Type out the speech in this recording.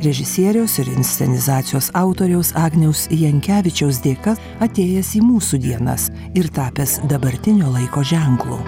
režisieriaus ir inscenizacijos autoriaus agniaus jankevičiaus dėka atėjęs į mūsų dienas ir tapęs dabartinio laiko ženklu